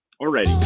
already